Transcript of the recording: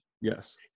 Yes